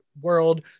world